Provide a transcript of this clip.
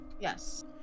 Yes